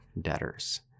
debtors